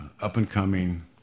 up-and-coming